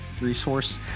resource